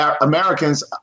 Americans